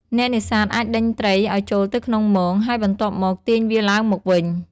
អ្នកនេសាទអាចដេញត្រីឲ្យចូលទៅក្នុងមង ហើយបន្ទាប់មកទាញវាឡើងមកវិញ។